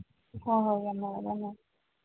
ꯍꯣꯏ ꯍꯣꯏ ꯌꯥꯝ ꯅꯨꯡꯉꯥꯏꯔꯦ ꯌꯥꯝ ꯅꯨꯡꯉꯥꯏꯔꯦ